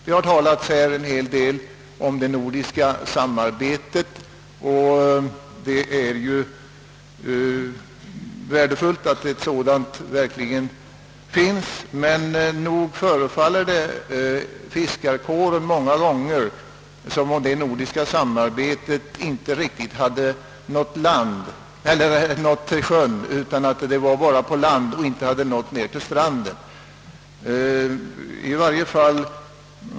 Det har talats en hel del om det nordiska samarbetet, och det är ju värdefullt att det finns ett sådant, men nog förefaller det många gånger fiskarkåren som om det nordiska samarbetet inte riktigt hade nått sjön, utan att det fungerar bara på land och inte har nått ned till stranden.